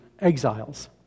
exiles